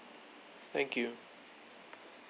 thank you